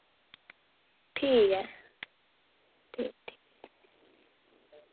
ठीक ऐ ठीक ठीक